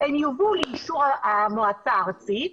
הן יובאו לאישור המועצה הארצית,